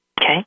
Okay